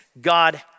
God